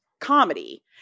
comedy